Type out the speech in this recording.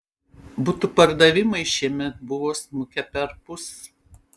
butų pardavimai šiemet buvo smukę perpus